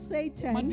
Satan